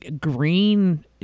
green